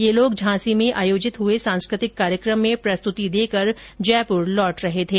ये लोग झांसी में आयोजित हुए सांस्कृतिक कार्यक्रम में प्रस्तृति देकर जयपुर लौट रहे थे